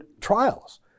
trials